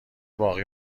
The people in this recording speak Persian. باقی